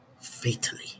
fatally